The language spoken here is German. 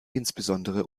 insbesondere